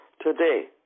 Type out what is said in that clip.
today